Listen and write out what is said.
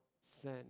sin